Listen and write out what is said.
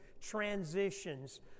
transitions